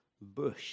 bush